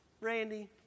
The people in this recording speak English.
Randy